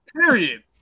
Period